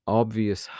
obvious